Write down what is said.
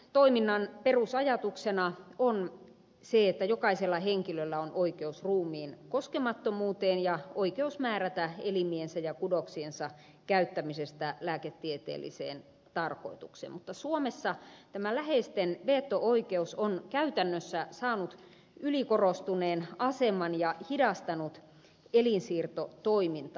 elinsiirtotoiminnan perusajatuksena on se että jokaisella henkilöllä on oikeus ruumiin koskemattomuuteen ja oikeus määrätä elimiensä ja kudostensa käyttämisestä lääketieteelliseen tarkoitukseen mutta suomessa tämä läheisten veto oikeus on käytännössä saanut ylikorostuneen aseman ja hidastanut elinsiirtotoimintaa